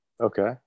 Okay